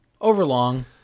overlong